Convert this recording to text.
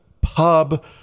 pub